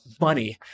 money